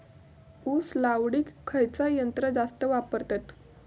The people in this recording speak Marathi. ऊस लावडीक खयचा यंत्र जास्त वापरतत?